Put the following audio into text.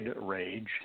rage